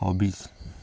hobbies